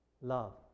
Love